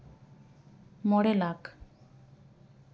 ᱢᱚᱬᱮ ᱞᱟᱠᱷ